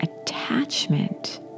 attachment